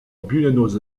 buenos